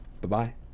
Bye-bye